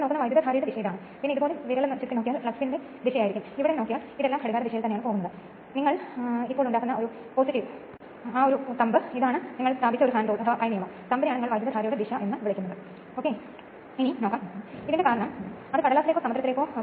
ഈ സിൻക്രണസ് ജനറേറ്ററിന്റെ രൂപകൽപ്പന കാണണമെങ്കിൽ അറ്റകുറ്റപ്പണി നടക്കുമ്പോൾ അല്ലെങ്കിൽ വളരെ മനോഹരമായി കാണപ്പെടുമ്പോൾ അത് പവർ പ്ലാന്റിലെ ആദ്യത്തെ സിൻക്രണസ് ജനറേറ്ററാണ്